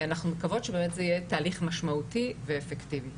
אנחנו מקוות שזה יהיה תהליך משמעותי ואפקטיבי.